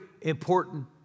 important